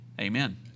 Amen